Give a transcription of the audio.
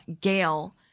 Gail